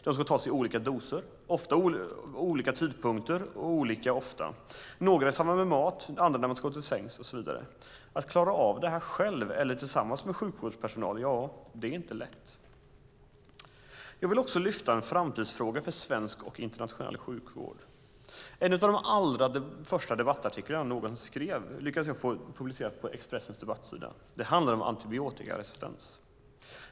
De ska tas i olika doser, vid olika tidpunkt och olika ofta, några i samband med mat, andra när man ska gå till sängs och så vidare. Att klara av det här själv eller tillsammans med sjukvårdspersonal är inte lätt. Jag vill också lyfta fram en framtidsfråga för svensk och internationell sjukvård. En av de allra första debattartiklarna jag någonsin skrev lyckades jag få publicerad på Expressens debattsida. Den handlade om antibiotikaresistens.